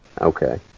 Okay